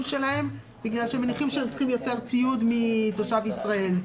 שלהם בגלל שמניחים שהם צריכים יותר ציוד מתושב ישראל.